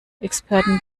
experten